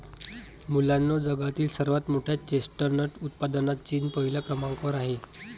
मुलांनो जगातील सर्वात मोठ्या चेस्टनट उत्पादनात चीन पहिल्या क्रमांकावर आहे